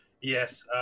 Yes